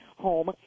home